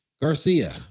Garcia